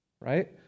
right